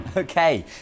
Okay